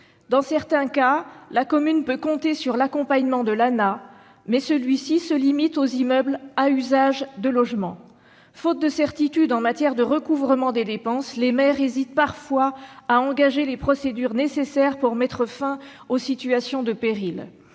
dans certains cas, elle peut compter sur l'accompagnement de l'ANAH, mais celui-ci se limite aux immeubles à usage de logement. Faute de certitude en matière de recouvrement des dépenses, les maires hésitent donc parfois à engager les procédures nécessaires pour mettre fin aux situations de péril.